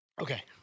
Okay